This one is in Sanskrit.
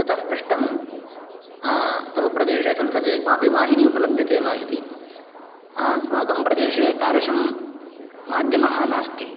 ततः पृष्टं तव प्रदेशे संस्कृते क्वापि वाहिनी उपलभ्यते वा इति अस्माकं प्रदेशे तादृशं माध्यमः नास्ति